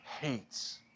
hates